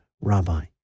rabbi